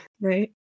right